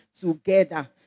together